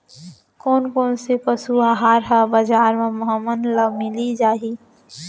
कोन कोन से पसु आहार ह बजार म हमन ल मिलिस जाही?